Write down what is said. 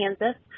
Kansas